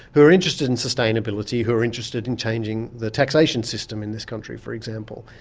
who are interested in sustainability, who are interested in changing the taxation system in this country, for example,